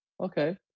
okay